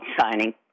signing